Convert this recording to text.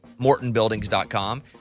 mortonbuildings.com